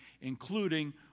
including